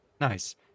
Nice